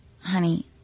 honey